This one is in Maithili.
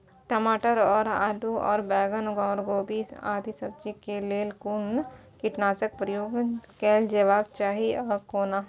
टमाटर और आलू और बैंगन और गोभी आदि सब्जी केय लेल कुन कीटनाशक प्रयोग कैल जेबाक चाहि आ कोना?